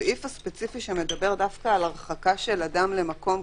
הסעיף הספציפי שמדבר על הרחקה של אדם למקום,